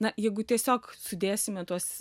na jeigu tiesiog sudėsime tuos